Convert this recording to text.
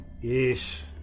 Yes